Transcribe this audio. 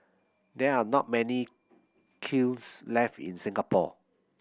there are not many kilns left in Singapore